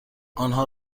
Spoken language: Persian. آنها